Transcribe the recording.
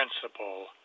principle